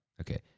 okay